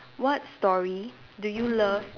what story do you love